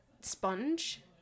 sponge